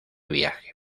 viaje